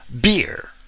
beer